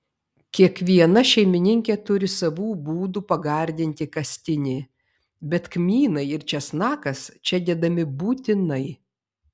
kiekviena šeimininkė turi savų būdų pagardinti kastinį bet kmynai ir česnakas čia dedami būtinai